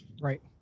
Right